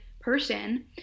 person